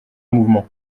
mouvement